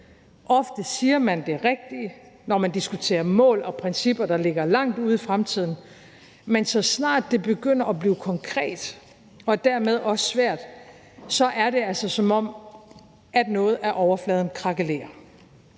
Ofte siger man det rigtige, når man diskuterer mål og principper, der ligger langt ude i fremtiden. Men så snart det begynder at blive konkret og dermed også svært, er det altså, som om noget af overfladen krakelerer.